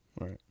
Right